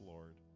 Lord